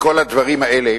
וכל הדברים האלה,